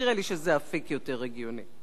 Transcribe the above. נראה לי שזה אפיק יותר הגיוני.